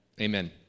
amen